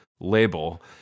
label